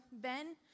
Ben